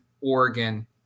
Oregon